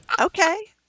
Okay